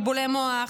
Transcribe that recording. בלבולי מוח,